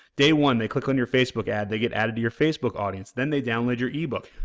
day one, they click on your facebook ad, they get added to your facebook audience then they download your ebook,